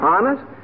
Honest